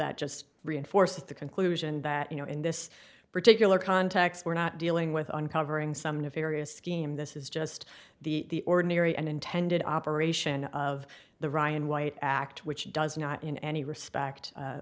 that just reinforces the conclusion that you know in this particular context we're not dealing with uncovering some nefarious scheme this is just the ordinary and intended operation of the ryan white act which does not in any respect